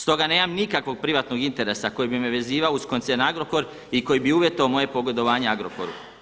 Stoga nemam nikakvog privatnog interesa koji bi me vezivao uz koncern Agrokor i koji bi uvjetovao moje pogodovanje Agrokoru.